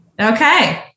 Okay